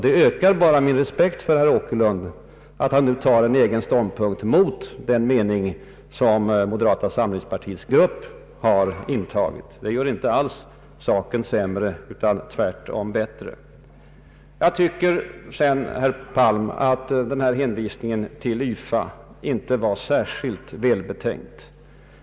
Det ökar bara min respekt för herr Åkerlund att han tar en egen ståndpunkt mot den mening moderata samlingspartiets grupp har intagit. Det gör inte alls saken sämre, utan tvärtom bättre. Jag tycker sedan, herr Palm, att hänvisningen till YFA inte var särskilt välbetänkt.